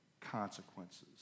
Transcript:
consequences